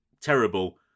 terrible